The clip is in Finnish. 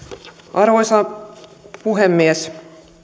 arvoisa puhemies